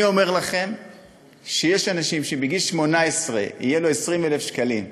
אני אומר לכם שיש אנשים שאם בגיל 18 יהיו להם 20,000 שקלים,